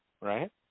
right